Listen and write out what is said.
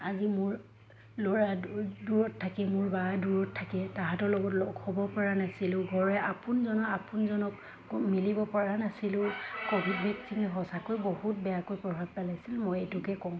আজি মোৰ ল'ৰা দূৰত থাকে মোৰ বা দূৰত থাকে তাহাঁতৰ লগত লগ হ'বপৰা নাছিলোঁ ঘৰে আপোনজনক আপোনজনক মিলিবপৰা নাছিলোঁ ক'ভিড ভেকচিনে সঁচাকৈ বহুত বেয়াকৈ প্ৰভাৱ পেলাইছিল মই এইটোকে কওঁ